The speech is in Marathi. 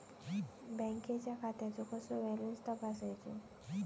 बँकेच्या खात्याचो कसो बॅलन्स तपासायचो?